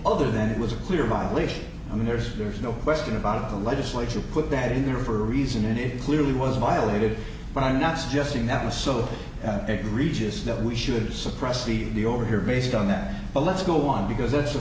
other than it was a clear violation i mean there's there's no question about the legislature put that in there for a reason and it clearly was violated but i'm not suggesting that was so egregious that we should suppress he'd be over here based on that but let's go on because it's the